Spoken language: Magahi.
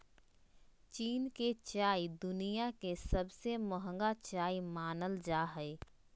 चीन के चाय दुनिया के सबसे महंगा चाय मानल जा हय